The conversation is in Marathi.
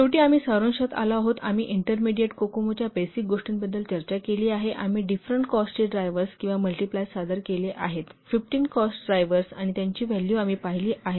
शेवटी आम्ही सारांशात आलो आहोत आम्ही इंटरमेडिएट कोकोमो च्या बेसिक गोष्टींबद्दल चर्चा केली आहे आम्ही डिफरेंट कॉस्ट ड्रायव्हर्स किंवा मल्टिप्लाय सादर केले आहेत 15 कॉस्ट ड्रायव्हर्स आणि त्यांची व्हॅल्यू आम्ही पाहिली आहेत